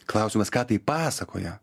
klausimas ką tai pasakoja